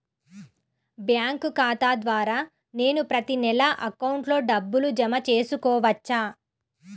Bank ఖాతా ద్వారా నేను ప్రతి నెల అకౌంట్లో డబ్బులు జమ చేసుకోవచ్చా?